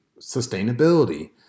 sustainability